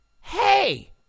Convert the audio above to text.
hey